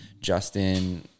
justin